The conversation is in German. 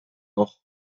noch